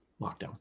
lockdown